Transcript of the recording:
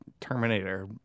Terminator